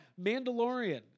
Mandalorian